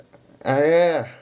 ah ya ya